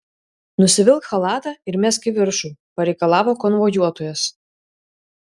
nusivilk chalatą ir mesk į viršų pareikalavo konvojuotojas